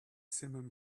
simum